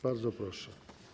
Bardzo proszę.